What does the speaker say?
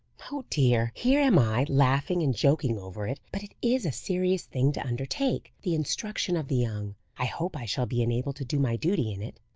oh dear! here am i, laughing and joking over it, but it is a serious thing to undertake the instruction of the young. i hope i shall be enabled to do my duty in it.